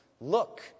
look